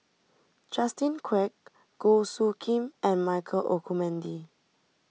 Justin Quek Goh Soo Khim and Michael Olcomendy